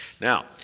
Now